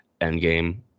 endgame